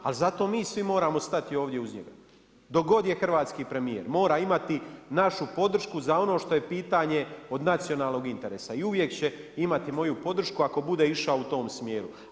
Ali zato mi svi moramo stati ovdje uz njega dok god je hrvatski premijer, mora imati našu podršku za ono što je pitanje od nacionalnog interesa i uvijek će imati moju podršku ako bude išao u tom smjeru.